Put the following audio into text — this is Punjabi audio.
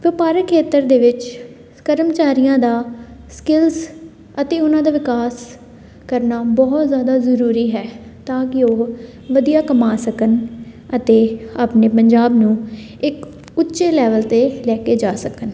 ਵਪਾਰਕ ਖੇਤਰ ਦੇ ਵਿੱਚ ਕਰਮਚਾਰੀਆਂ ਦਾ ਸਕਿੱਲਸ ਅਤੇ ਉਹਨਾਂ ਦਾ ਵਿਕਾਸ ਕਰਨਾ ਬਹੁਤ ਜ਼ਿਆਦਾ ਜ਼ਰੂਰੀ ਹੈ ਤਾਂ ਕਿ ਉਹ ਵਧੀਆ ਕਮਾ ਸਕਣ ਅਤੇ ਆਪਣੇ ਪੰਜਾਬ ਨੂੰ ਇੱਕ ਉੱਚੇ ਲੈਵਲ 'ਤੇ ਲੈ ਕੇ ਜਾ ਸਕਣ